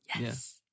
Yes